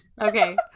Okay